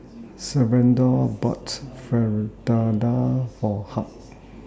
Salvador boughts Fritada For Hugh